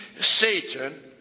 Satan